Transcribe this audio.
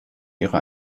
ihre